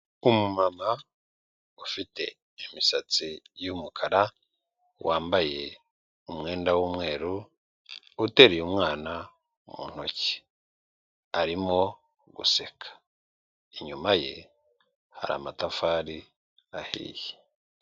Umumama ufite imisatsi y'umukara, wambaye umwenda w'umweru, uteruye umwana mu ntoki. Arimo guseka inyuma ye hari amatafari ahiye.